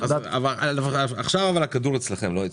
אבל עכשיו הכדור אצלכם, לא אצלי.